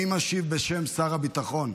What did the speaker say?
מי משיב בשם שר הביטחון?